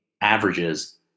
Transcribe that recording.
averages